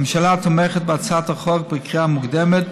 הממשלה תומכת בהצעת החוק בקריאה מוקדמת,